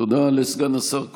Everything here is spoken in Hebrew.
תודה לסגן השר כהן.